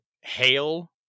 hail